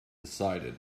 decided